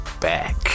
back